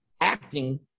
acting